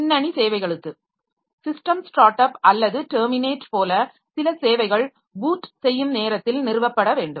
பின்னணி சேவைகளுக்கு system start up அல்லது terminate போல சில சேவைகள் பூட் செய்யும் நேரத்தில் நிறுவப்பட வேண்டும்